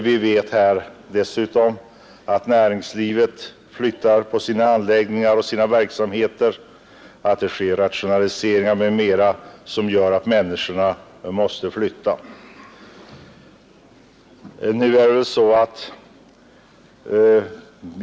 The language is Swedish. Vi vet dessutom att näringslivet flyttar sina anläggningar och verksamheter, varjämte det sker rationaliseringar m.m. som leder till att människorna måste flytta.